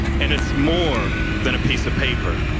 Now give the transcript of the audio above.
and it's more than a piece of paper,